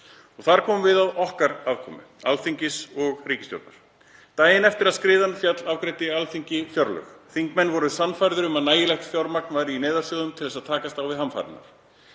Þar komum við að aðkomu Alþingis og ríkisstjórnar. Daginn eftir að skriðan féll afgreiddi Alþingi fjárlög. Þingmenn voru sannfærðir um að nægilegt fjármagn væri í neyðarsjóði til að takast á við hamfarirnar.